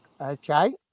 Okay